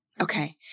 Okay